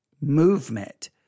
Movement